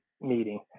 meeting